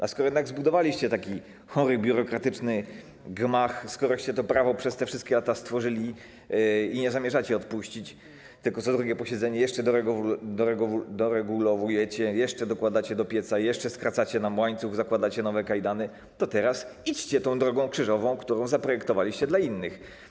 A skoro jednak zbudowaliście taki chory, biurokratyczny gmach, skoroście to prawo przez te wszystkie lata stworzyli i nie zamierzacie odpuścić, tylko co drugie posiedzenie jeszcze doregulowujecie, jeszcze dokładacie do pieca, jeszcze skracacie nam łańcuch, zakładacie nowe kajdany, to teraz idźcie tą drogą krzyżową, którą zaprojektowaliście dla innych.